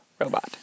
robot